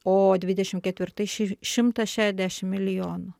o dvidešim ketvirtais ši šimtas šešiasdešim milijonų